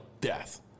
death